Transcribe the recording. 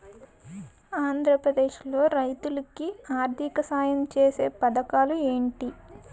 ఆంధ్రప్రదేశ్ లో రైతులు కి ఆర్థిక సాయం ఛేసే పథకాలు ఏంటి?